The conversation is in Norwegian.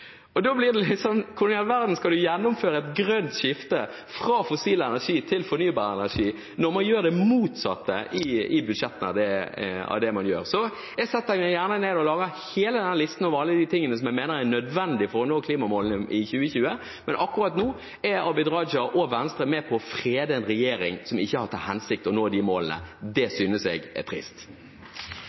når man gjør det motsatte i budsjettet? Jeg setter meg gjerne ned og lager hele den listen over alle tingene jeg mener er nødvendig for å nå klimamålene i 2020. Men akkurat nå er Abid Raja og Venstre med på å frede en regjering som ikke har til hensikt å nå disse målene. Det synes jeg er trist.